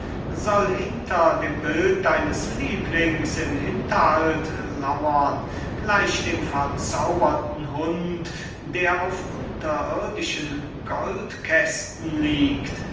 soll hinter dem bild deines lieblings im hinterhalt lauren gleich dem verzauberten hund der auf unterirdischen goldkästen liegt